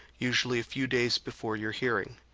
usually a few days before your hearing.